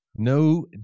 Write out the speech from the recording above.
no